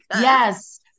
Yes